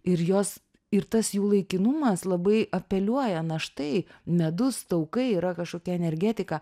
ir jos ir tas jų laikinumas labai apeliuoja na štai medus taukai yra kažkokia energetika